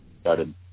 started